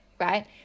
right